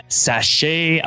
sashay